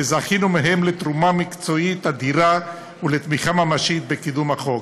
וזכינו מהם לתרומה מקצועית אדירה ולתמיכה ממשית בקידום החוק.